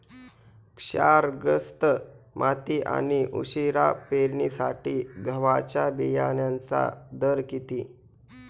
क्षारग्रस्त माती आणि उशिरा पेरणीसाठी गव्हाच्या बियाण्यांचा दर किती?